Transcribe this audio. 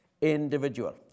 Individual